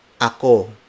ako